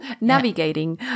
navigating